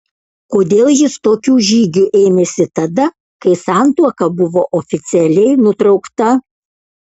kodėl jis tokių žygių ėmėsi tada kai santuoka buvo oficialiai nutraukta